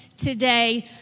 today